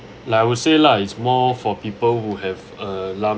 like I would say lah it's more for people who have a lump sum